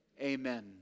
amen